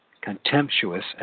contemptuous